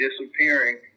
disappearing